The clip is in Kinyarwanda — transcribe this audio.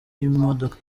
y’imodoka